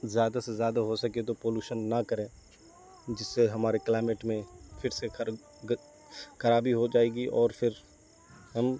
زیادہ سے زیادہ ہو سکے تو پالوشن نہ کریں جس سے ہمارے کلائمیٹ میں پھر سے خرابی ہو جائے گی اور پھر ہم